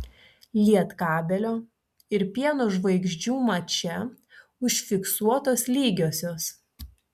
lietkabelio ir pieno žvaigždžių mače užfiksuotos lygiosios